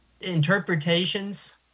interpretations